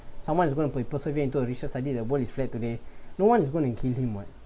someone is gonna pre~ persevere into a research study the world is flat today no one is going to kill him [what]